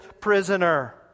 prisoner